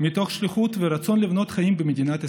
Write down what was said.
מתוך שליחות ורצון לבנות חיים במדינת ישראל.